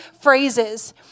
phrases